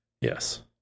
Yes